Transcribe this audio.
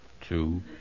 two